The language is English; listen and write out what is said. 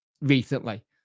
recently